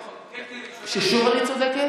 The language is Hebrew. קטי ראשונה,